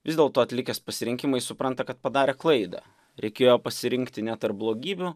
vis dėlto atlikęs pasirinkimą jis supranta kad padarė klaidą reikėjo pasirinkti ne tarp blogybių